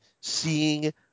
seeing